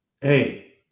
hey